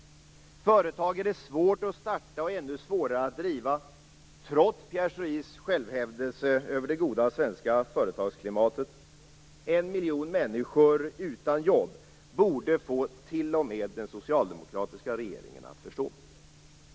Företag är det svårt att starta och ännu svårare att driva, trots Pierre Schoris självhävdelse över det goda svenska företagsklimatet. En miljon människor utan jobb borde få t.o.m. den socialdemokratiska regeringen att förstå.